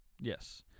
Yes